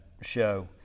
show